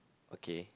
okay